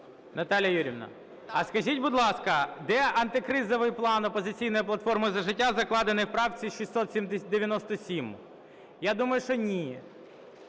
Наталія Юріївна, а скажіть, будь ласка, де антикризовий план "Опозиційної платформи - За життя", закладений в правці 697? Я думаю, що ні.